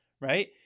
right